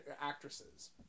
actresses